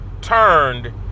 turned